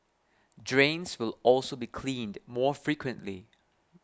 drains will also be cleaned more frequently